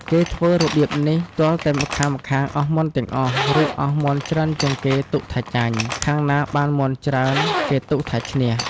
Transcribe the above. គេធ្វើរបៀបនេះទាល់តែម្ខាងៗអស់មាន់ទាំងអស់ ឬអស់មាន់ច្រើនជាងគេទុកថាចាញ់ ខាងណាបានមាន់ច្រើនគេទុកថាឈ្នះ ។